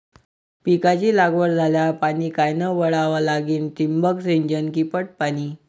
पिकाची लागवड झाल्यावर पाणी कायनं वळवा लागीन? ठिबक सिंचन की पट पाणी?